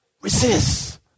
resist